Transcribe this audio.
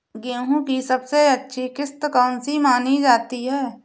गेहूँ की सबसे अच्छी किश्त कौन सी मानी जाती है?